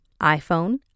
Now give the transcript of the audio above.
iPhone